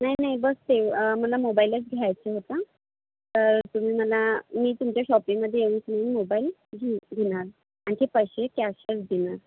नाही नाही बस हे मला मोबाईलच घ्यायचा होता तर तुम्ही मला मी तुमच्या शॉपिंगमध्ये येऊनशनी मोबाईल घेऊ घेणार आणखी पैसे कॅशनेच देणार